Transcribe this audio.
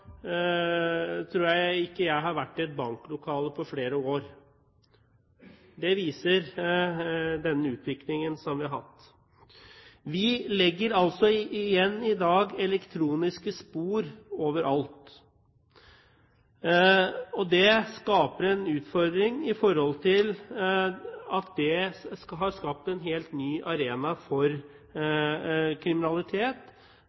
tror jeg ikke at jeg har vært i et banklokale på flere år. Dette viser den utviklingen vi har hatt. Vi legger altså igjen elektroniske spor overalt. Og det har skapt en helt ny arena for